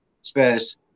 Spurs